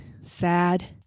sad